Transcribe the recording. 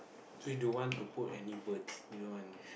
so he don't want to put any birds he don't want